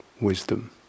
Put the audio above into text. wisdom